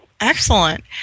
Excellent